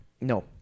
No